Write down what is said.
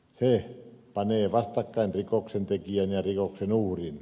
se panee vastakkain rikoksen tekijän ja rikoksen uhrin